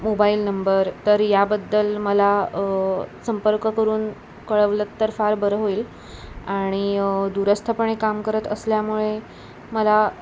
mobile number तर याबद्दल मला संपर्क करून कळवलंत तर फार बरं होईल आणि दुरस्थापणे काम करत असल्यामुळे मला